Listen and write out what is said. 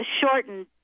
shortened